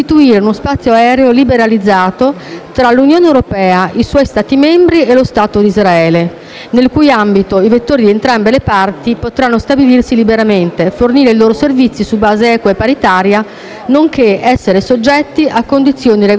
tra l'Unione europea, i suoi Stati membri e lo Stato d'Israele, nel cui ambito i vettori di entrambe le parti potranno stabilirsi liberamente, fornire i loro servizi su base equa e paritaria, nonché essere soggetti a condizioni regolamentari equivalenti e armonizzate.